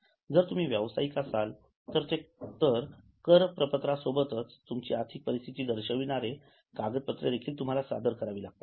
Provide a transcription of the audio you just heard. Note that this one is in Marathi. जर तुम्ही व्यावसायिक असाल तर कर प्रपत्रा सोबतच तुमची आर्थिक परिस्थिती दर्शविणारे कागदपत्रे सादर करावी लागतात